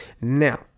now